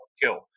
kill